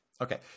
Okay